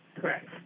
Correct